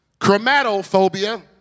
Chromatophobia